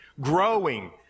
growing